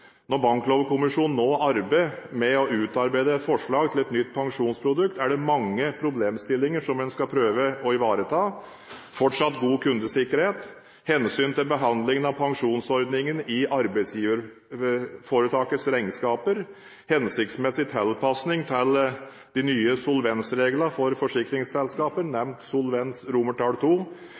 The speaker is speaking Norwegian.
Når Banklovkommisjonen nå arbeider med å utarbeide forslag til et nytt pensjonsprodukt, er det mange problemstillinger som en skal prøve å ivareta: fortsatt god kundesikkerhet, hensynet til behandlingen av pensjonsordningen i arbeidsgiverforetakets regnskaper, hensiktsmessig tilpasning til de nye solvensreglene for forsikringsselskaper – Solvens